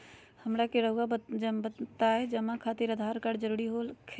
हमरा के रहुआ बताएं जमा खातिर आधार कार्ड जरूरी हो खेला?